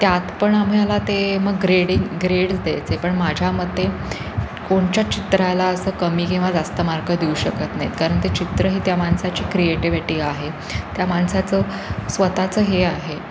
त्यात पण आम्हाला ते मग ग्रेडिंग ग्रेड्स द्यायचे पण माझ्या मते कोणच्या चित्राला असं कमी किंवा जास्त मार्क देऊ शकत नाहीत कारण ते चित्र ही त्या माणसाची क्रिएटिव्हिटी आहे त्या माणसाचं स्वत चं हे आहे